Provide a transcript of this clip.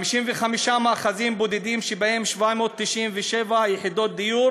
55 מאחזים בודדים שבהם 797 יחידות דיור